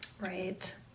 Right